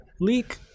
leak